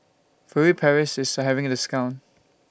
Furtere Paris IS having A discount